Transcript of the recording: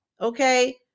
Okay